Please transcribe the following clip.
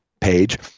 page